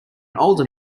older